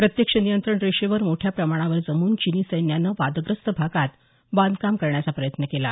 प्रत्यक्ष नियंत्रण रेषेवर मोठ्या प्रमाणावर जमून चिनी सैन्यानं वादग्रस्त भागात बांधकाम करायचा प्रयत्न केला